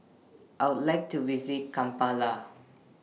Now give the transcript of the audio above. I Would like to visit Kampala